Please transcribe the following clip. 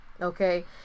okay